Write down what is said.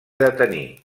detenir